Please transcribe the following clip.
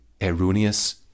erroneous